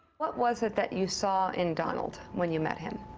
what was it that you saw in donald when you met him?